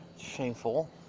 Shameful